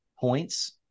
points